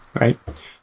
right